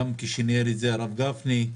גם כשניהל אותה הרב גפני.